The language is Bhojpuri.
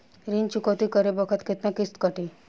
ऋण चुकौती करे बखत केतना किस्त कटी?